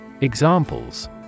Examples